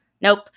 Nope